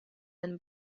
and